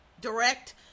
direct